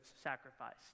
sacrificed